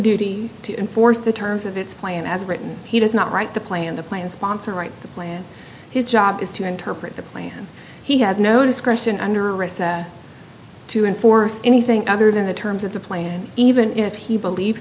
duty to enforce the terms of its plan as written he does not write the plan the plan sponsor writes the plan his job is to interpret the plan he has no discretion under arrest to enforce anything other than the terms of the plan even if he believes